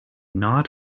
not